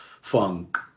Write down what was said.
funk